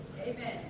Amen